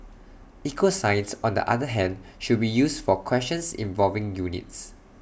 equal signs on the other hand should be used for questions involving units